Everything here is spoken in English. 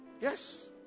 yes